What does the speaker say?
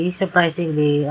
surprisingly